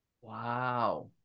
Wow